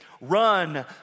run